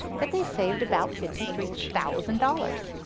that they saved about fifty three thousand dollars.